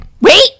wait